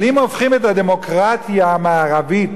אבל אם הופכים את הדמוקרטיה המערבית